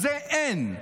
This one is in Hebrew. אז זה, אין.